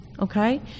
Okay